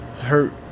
hurt